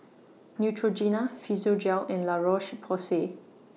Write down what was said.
Neutrogena Physiogel and La Roche Porsay